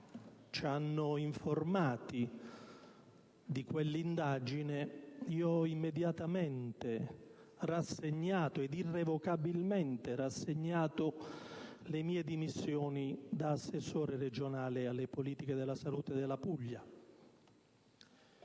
ci hanno informati dell'indagine, ho immediatamente ed irrevocabilmente rassegnato le mie dimissioni da assessore regionale alle politiche della salute della Puglia.